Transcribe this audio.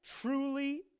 Truly